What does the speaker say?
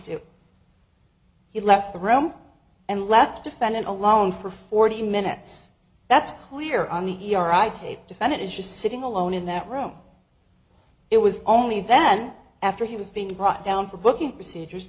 do he left the room and left defendant alone for forty minutes that's clear on the e r i tape defendant is sitting alone in that room it was only then after he was being brought down for booking procedures